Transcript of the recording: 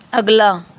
ਅਗਲਾ